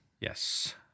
Yes